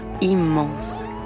immense